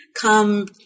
Come